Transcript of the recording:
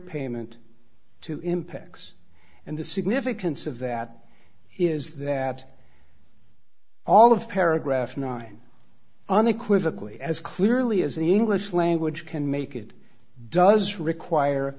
payment to impacts and the significance of that is that all of paragraph nine unequivocally as clearly as the english language can make it does require